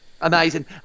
Amazing